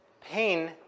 Pain